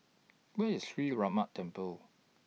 Where IS Sree Ramar Temple